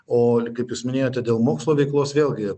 o kaip jūs minėjote dėl mokslo veiklos vėlgi